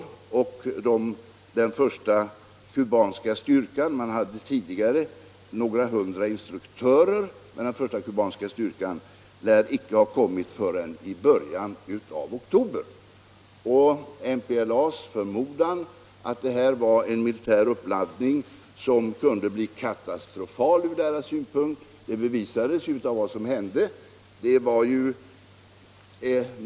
Cuba hade tidigare några hundra instruktörer i Angola, men den första kubanska styrkan lär icke ha kommit förrän i början av oktober. MPLA:s förmodan att det här var en militär uppladdning som kunde bli katastrofal ur dess synpunkt bevisades ju av vad som hände.